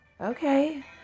Okay